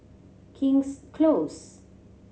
King's Close